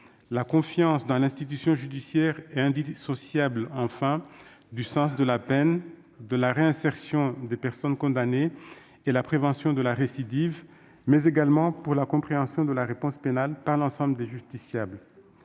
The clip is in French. La confiance dans l'institution judiciaire est indissociable, enfin, du sens de la peine, de la réinsertion des personnes condamnées et de la prévention de la récidive, mais également de la compréhension de la réponse pénale par l'ensemble des justiciables.